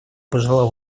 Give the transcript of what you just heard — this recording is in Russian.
пожелал